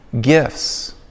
gifts